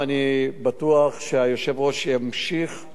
לקדם את הדברים, וימצא את החיבורים ואת הקשר.